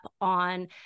on